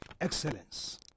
excellence